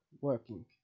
working